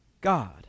God